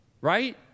right